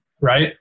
Right